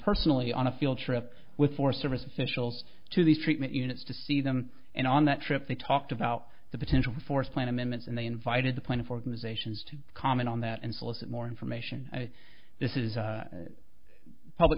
personally on a field trip with forest service officials to the treatment units to see them and on that trip they talked about the potential for us plant amendments and they invited the plaintiff organizations to comment on that and solicit more information this is a public